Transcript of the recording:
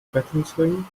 rettungsring